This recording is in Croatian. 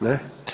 Ne.